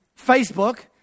Facebook